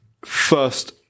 first